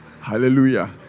Hallelujah